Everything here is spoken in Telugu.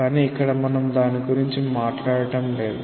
కానీ ఇక్కడ మనం దాని గురించి మాట్లాడటం లేదు